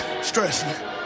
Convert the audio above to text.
stressing